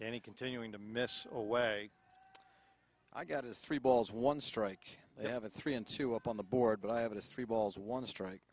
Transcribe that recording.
any continuing to miss away i got his three balls one strike they have a three and two up on the board but i have a three balls one strike